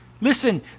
Listen